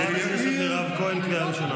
חברת הכנסת מירב כהן, קריאה ראשונה.